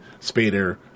Spader